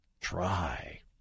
try